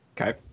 Okay